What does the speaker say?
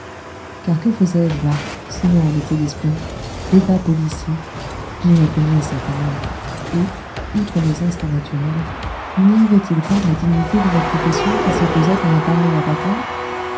car que faisais je là sinon un métier d'espion de bas policier j'y répugnais certainement et outre mes instincts naturels n'y avait-il pas la dignité de ma profession qui s'opposait à un pareil avatar